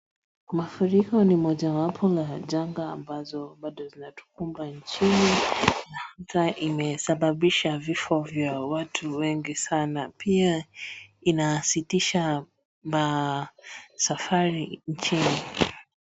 Mafuriko ni moja wapo la janga ambazo bado zinatukumba nchini na imesababisha vifo vya watu wengi sana, pia inasitisha masafari nchini.